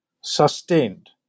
sustained